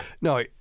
no